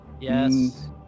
Yes